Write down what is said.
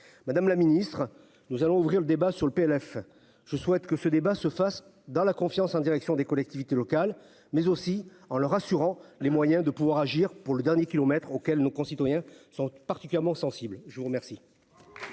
madame la Ministre, nous allons ouvrir le débat sur le PLF, je souhaite que ce débat se fasse dans la confiance en direction des collectivités locales, mais aussi en leur assurant les moyens de pouvoir agir pour le dernier kilomètre auxquels nos concitoyens sont particulièrement sensibles, je vous remercie.